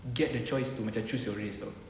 get the choice to macam choose your race [tau]